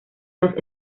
dos